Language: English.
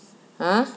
!huh!